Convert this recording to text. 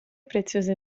preziose